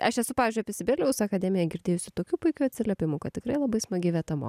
aš esu pavyzdžiui apie sibelijaus akademiją girdėjusi tokių puikių atsiliepimų kad tikrai labai smagi vieta